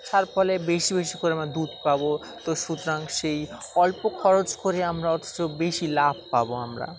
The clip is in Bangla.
তার ফলে বেশি বেশি করে আমরা দুধ পাব তো সুতরাং সেই অল্প খরচ করে আমরা অথচ বেশি লাভ পাব আমরা